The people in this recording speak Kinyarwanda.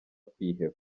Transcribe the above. kwiheba